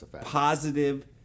positive